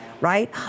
right